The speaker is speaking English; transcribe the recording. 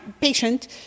patient